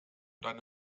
deine